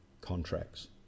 contracts